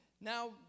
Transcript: Now